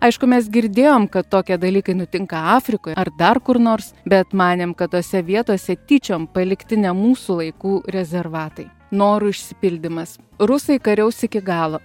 aišku mes girdėjom kad tokie dalykai nutinka afrikoj ar dar kur nors bet manėm kad tose vietose tyčiom palikti ne mūsų laikų rezervatai norų išsipildymas rusai kariaus iki galo